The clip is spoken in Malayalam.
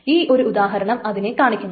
ഈ ഒരു ഉദാഹരണം അതിനെ കാണിക്കുന്നു